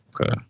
Okay